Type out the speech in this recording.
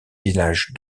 village